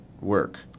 work